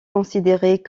considérée